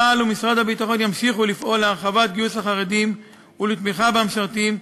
צה״ל ומשרד הביטחון ימשיכו לפעול להרחבת גיוס החרדים ולתמיכה במשרתים,